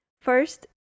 First